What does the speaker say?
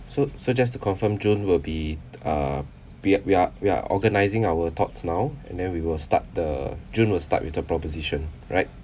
so so just to confirm jun will be uh we we're we're organising our thoughts now and then we will start the jun will start with the proposition right